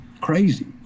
crazy